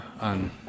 on